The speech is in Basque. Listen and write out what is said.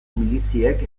miliziek